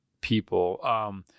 people